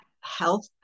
health